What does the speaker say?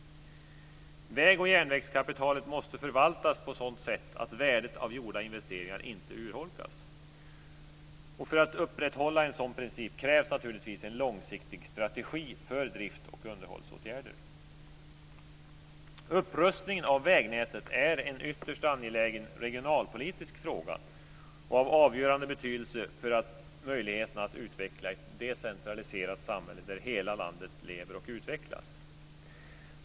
Väg och järnvägskapitalet måste förvaltas på sådant sätt att värdet av gjorda investeringar inte urholkas. För att upprätthålla en sådan princip krävs naturligtvis en långsiktig strategi för drift och underhållsåtgärder. Upprustningen av vägnätet är en ytterst angelägen regionalpolitisk fråga av avgörande betydelse för möjligheten att utveckla ett decentraliserat samhälle där hela landet lever och utvecklas.